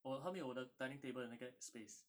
oh 他没有我的 dining table 的那个 space